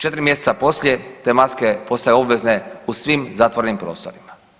4 mjeseca poslije te maske postaju obvezne u svim zatvorenim prostorima.